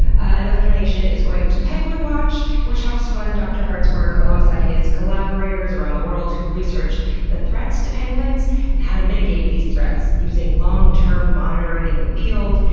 another donation is going to penguin watch, which helps fund dr. hart's work alongside his collaborators around the world who've researched the threats to penguins and how to mitigate these threats using long term monitoring in the field,